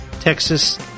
Texas